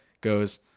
goes